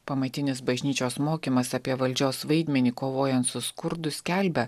pamatinis bažnyčios mokymas apie valdžios vaidmenį kovojant su skurdu skelbia